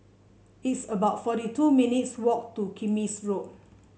it's about forty two minutes' walk to Kismis Road